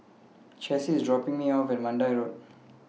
Chessie IS dropping Me off At Mandai Road